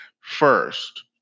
first